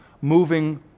moving